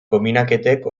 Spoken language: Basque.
konbinaketek